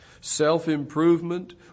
Self-improvement